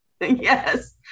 Yes